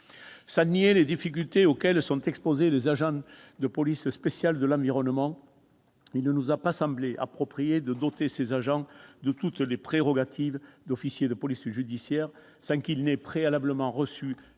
Sans nier les difficultés auxquelles sont exposés les agents de police spéciale de l'environnement, il ne nous a pas semblé approprié de les doter de toutes les prérogatives d'officiers de police judiciaire, sans qu'ils aient préalablement reçu la